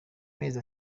mezi